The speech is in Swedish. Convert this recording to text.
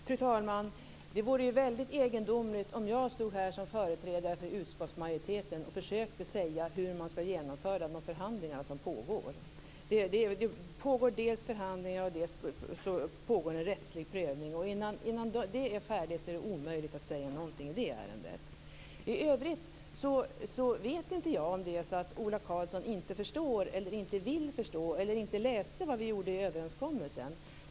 Fru talman! Det vore väldigt egendomligt om jag som företrädare för utskottsmajoriteten här försökte säga hur man skall genomföra de förhandlingar som pågår. Dels pågår förhandlingar, dels pågår en rättslig prövning. Innan det är färdigt är det omöjligt att säga någonting i det ärendet. I övrigt vet inte jag om det är så att Ola Karlsson inte förstår, inte vill förstå eller inte läst vad vi gjorde i överenskommelsen.